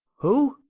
who?